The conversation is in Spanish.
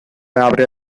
habría